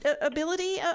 ability